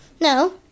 No